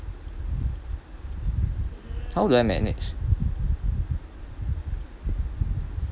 how do I manage